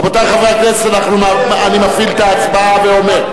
רבותי חברי הכנסת, אני מפעיל את ההצבעה, ואומר: